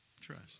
trust